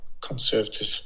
conservative